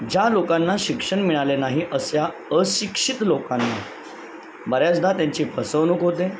ज्या लोकांना शिक्षण मिळाले नाही अशा अशिक्षित लोकांना बऱ्याचदा त्यांची फसवणूक होते